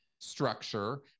structure